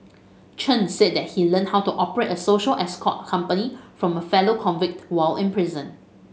Chen said that he learned how to operate a social escort company from a fellow convict while in prison